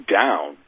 down